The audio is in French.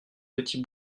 petits